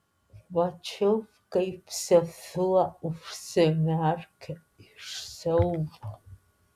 mačiau kaip sesuo užsimerkia iš siaubo